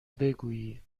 بگویی